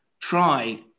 try